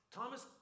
Thomas